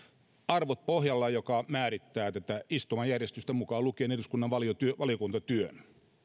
arvot pohjalla jotka määrittävät tätä istumajärjestystä mukaan lukien eduskunnan valiokuntatyö valiokuntatyö